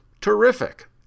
Terrific